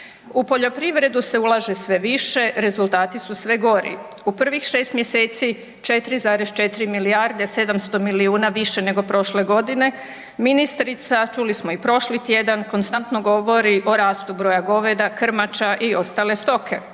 U poljoprivredu se ulaže sve više, rezultati su sve gori. U prvih 6 mjeseci 4,4 milijarde 700 milijuna više nego prošle godine, ministrica čuli smo i prošli tjedan konstantno govori o rastu broja goveda, krmača i ostale stoke.